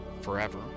forever